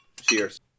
Cheers